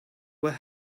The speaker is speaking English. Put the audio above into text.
were